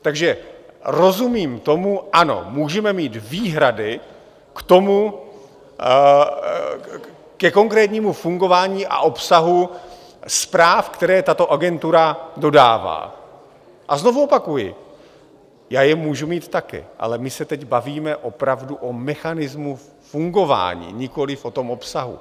Takže rozumím tomu, ano, můžeme mít výhrady ke konkrétnímu fungování a obsahu zpráv, které tato Agentura dodává, a znovu opakuji, já je můžu mít také, ale my se teď bavíme opravdu o mechanismu fungování, nikoliv o tom obsahu.